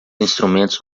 instrumentos